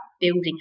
building